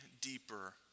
deeper